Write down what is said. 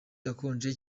akonje